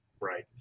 right